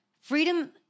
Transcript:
Freedom